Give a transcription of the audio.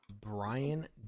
Brian